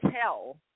tell